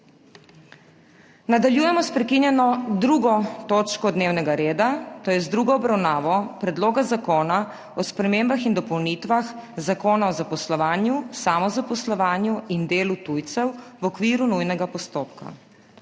Nadaljujemo sprekinjeno 2. točko dnevnega reda, to je z drugo obravnavo Predloga zakona o spremembah in dopolnitvah Zakona o zaposlovanju, samozaposlovanju in delu tujcev v okviru nujnega postopka.